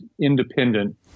independent